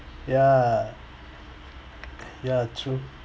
ya ya true